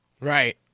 Right